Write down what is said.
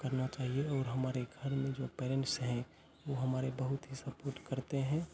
करना चाहिए और हमारे घर में जो पेरेंट्स हैं वो हमारे बहुत ही सपोर्ट करते हैं